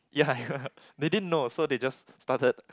ya they didn't know so they just started